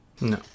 No